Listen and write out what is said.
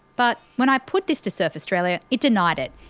but when i put this to surf australia it denied it.